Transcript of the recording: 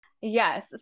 Yes